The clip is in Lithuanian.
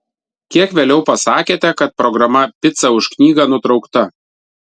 kiek vėliau pasakėte kad programa pica už knygą nutraukta